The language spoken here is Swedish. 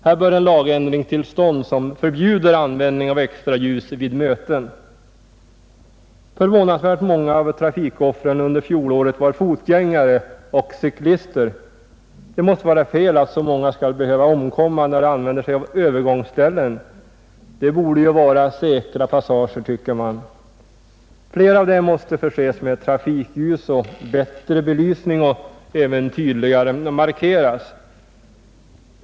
Här bör en lagändring komma till stånd som förbjuder användning av extraljus vid möten. Förvånansvärt många av trafikoffren under fjolåret var fotgängare och cyklister. Det måste vara fel att så många skall behöva omkomma, när de använder sig av övergångsställen, som ju borde vara säkra passager, tycker man. Flera av övergångsställena måste förses med trafikljus och bättre belysning samt även tydligare markeras.